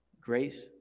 Grace